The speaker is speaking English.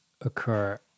occur